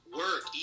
work